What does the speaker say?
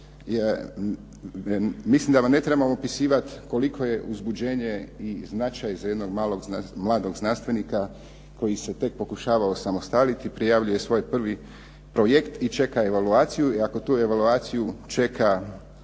Mislim da vam ne trebam opisivati koliko je uzbuđenje i značaj za jednog mladog znanstvenika koji se tek pokušava osamostaliti, prijavljuje svoj prvi projekt i čeka evaluaciju i ako tu evaluaciju čeka